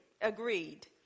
agreed